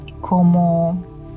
como